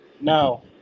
No